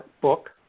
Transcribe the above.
book